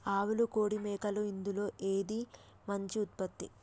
ఆవులు కోడి మేకలు ఇందులో ఏది మంచి ఉత్పత్తి?